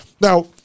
Now